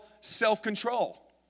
self-control